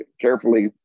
carefully